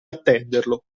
attenderlo